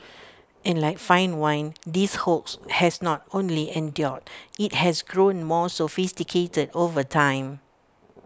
and like fine wine this hoax has not only endured IT has grown more sophisticated over time